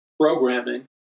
programming